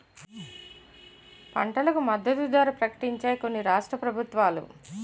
పంటలకు మద్దతు ధర ప్రకటించాయి కొన్ని రాష్ట్ర ప్రభుత్వాలు